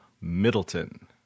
Middleton